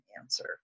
answer